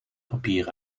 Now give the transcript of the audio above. papier